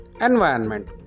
environment